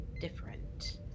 different